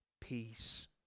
peace